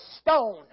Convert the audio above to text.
stone